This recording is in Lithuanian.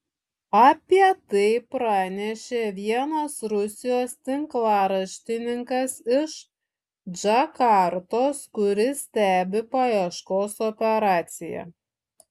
apie tai pranešė vienas rusijos tinklaraštininkas iš džakartos kuris stebi paieškos operaciją